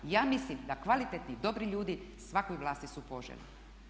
Ja mislim da kvalitetni, dobri ljudi svakoj vlasti su poželjni.